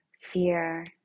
fear